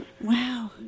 Wow